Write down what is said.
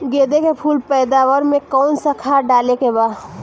गेदे के फूल पैदवार मे काउन् सा खाद डाले के बा?